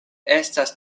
estas